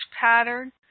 pattern